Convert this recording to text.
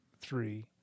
three